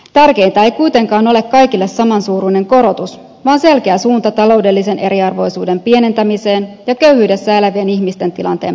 tärkeintä ei kuitenkaan ole kaikille samansuuruinen korotus vaan selkeä suunta taloudellisen eriarvoisuuden pienentämiseen ja köyhyydessä elävien ihmisten tilanteen parantamiseen